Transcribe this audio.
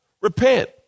repent